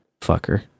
Fucker